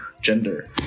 gender